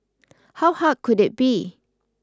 how hard could it be